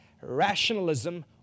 rationalism